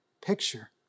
picture